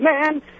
man